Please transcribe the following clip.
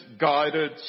guided